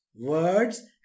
words